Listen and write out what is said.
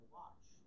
watch